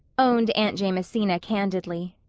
owned aunt jamesina candidly.